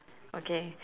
okay